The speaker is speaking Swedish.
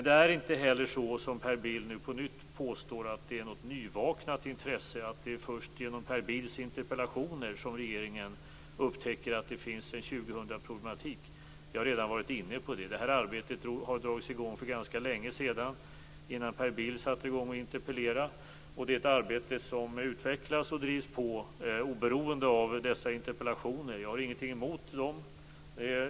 Det är inte som Per Bill på nytt påstår, nämligen att det är fråga om ett nyvaknat intresse och att det är först genom Per Bills interpellationer som regeringen upptäckt att det finns en 2000-problematik. Jag redan varit inne på det. Arbetet drogs i gång för ganska länge sedan, innan Per Bill satte i gång att interpellera. Det är ett arbete som utvecklas och drivs på oberoende av dessa interpellationer. Jag har ingenting emot dem.